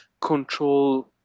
control